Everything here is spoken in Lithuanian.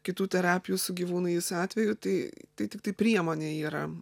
kitų terapijų su gyvūnais atveju tai tiktai priemonė yra